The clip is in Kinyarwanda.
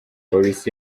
polisi